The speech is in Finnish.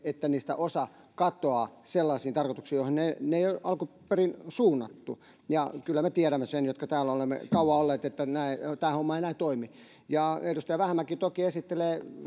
että siitä osa katoaa sellaisiin tarkoituksiin joihin se ei ole alun perin suunnattu kyllä me sen tiedämme jotka täällä olemme kauan olleet että tämä homma ei näin toimi edustaja vähämäki toki esittelee budjetin